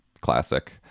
classic